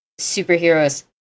superheroes